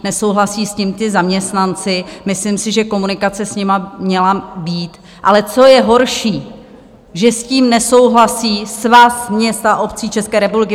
Nesouhlasí s tím ti zaměstnanci, myslím si, že komunikace s nimi měla být, ale co je horší, že s tím nesouhlasí Svaz měst a obcí České republiky!